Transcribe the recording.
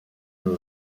uru